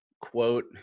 quote